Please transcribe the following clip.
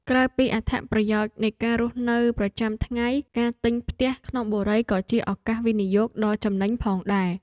ក្រៅពីអត្ថប្រយោជន៍នៃការរស់នៅប្រចាំថ្ងៃការទិញផ្ទះក្នុងបុរីក៏ជាឱកាសវិនិយោគដ៏ចំណេញផងដែរ។